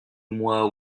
mois